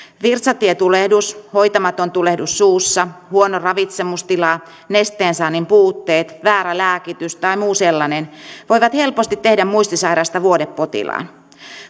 virtsatietulehdus hoitamaton tulehdus suussa huono ravitsemustila nesteen saannin puutteet väärä lääkitys tai muu sellainen voivat helposti tehdä muistisairaasta vuodepotilaan